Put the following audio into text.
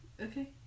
Okay